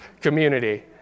community